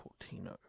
Portino